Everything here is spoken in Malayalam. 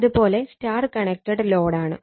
അത് പോലെ Y കണക്റ്റഡ് ലോഡാണ്